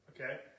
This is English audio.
Okay